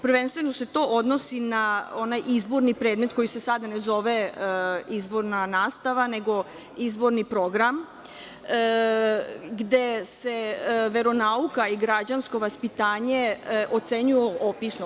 Prvenstveno se to odnosi na izborni predmet koji se sada ne zove izborna nastava, nego izborni program, gde se veronauka i građansko vaspitanje ocenjuju opisno.